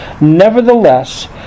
nevertheless